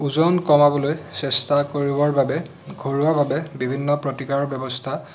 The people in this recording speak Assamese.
ওজন কমাবলৈ চেষ্টা কৰিবৰ বাবে ঘৰুৱাভাৱে বিভিন্ন প্ৰতিকাৰৰ ব্যৱস্থা